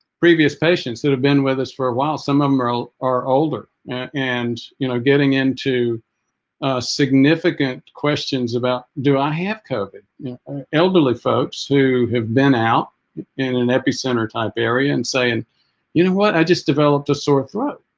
previous patients that have been with us for a while some of them are are older and you know getting into significant questions about do i have coping elderly folks who have been out in an epicenter-type area and saying you know what i just developed a sore throat